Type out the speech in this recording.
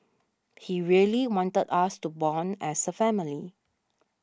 he really wanted us to bond as a family